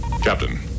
Captain